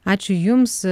ačiū jums